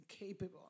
incapable